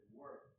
work